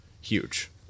huge